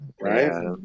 Right